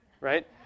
Right